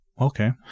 okay